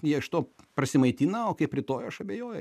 jie iš to prasimaitina o kaip rytoj aš abejoju